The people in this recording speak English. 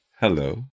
Hello